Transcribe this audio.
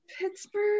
Pittsburgh